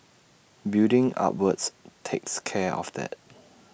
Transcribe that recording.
building upwards takes care of that